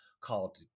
called